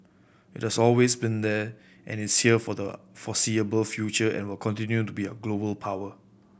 it has always been here and it's here for the foreseeable future and will continue to be a global power